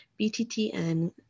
BTTN